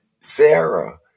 Sarah